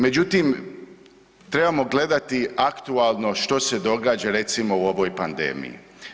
Međutim trebamo gledati aktualno što se događa recimo u ovom pandemiji.